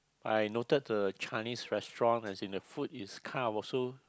I noted the Chinese restaurant as in the food is kind of also